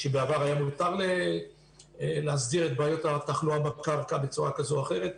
שבעבר היה מותר להסדיר את בעיות התחלואה בקרקע בצורה כזו או אחרת.